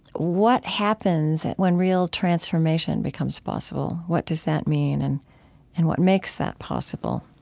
what happens when real transformation becomes possible. what does that mean and and what makes that possible?